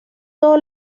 todo